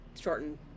shortened